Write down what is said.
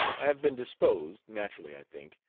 i have been disposed, naturally i think,